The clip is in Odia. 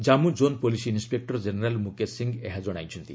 Jammu zone police inspector general Mukesh Singh ଏହା ଜଣାଇଛନ୍ତି